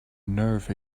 nerve